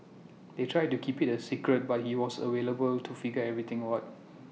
they tried to keep IT A secret but he was able to figure everything out